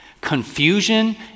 Confusion